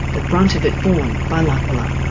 the brunt of it borne by l'aquila.